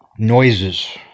Noises